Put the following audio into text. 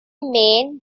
main